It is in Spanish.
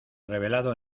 revelado